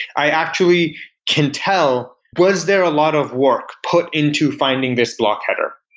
i actually can tell was there a lot of work put into finding this block header?